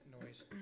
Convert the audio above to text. noise